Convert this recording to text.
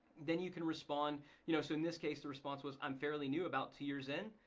then you can respond, you know so in this case, the response was i'm fairly new, about two years in.